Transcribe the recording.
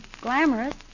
glamorous